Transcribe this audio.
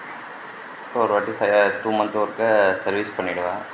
இப்போ ஒருவாட்டி சரியாக டூ மந்த்க்கு ஒருக்க சர்வீஸ் பண்ணிவிடுவேன்